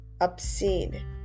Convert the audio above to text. Obscene